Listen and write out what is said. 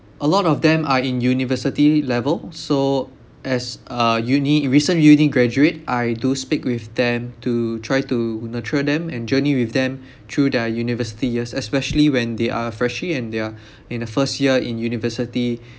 a lot of them are in university level so as a uni recent uni graduate I do speak with them to try to nurture them and journey with them through their university years especially when they are freshie and they are in the first year in university